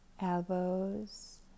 elbows